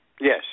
Yes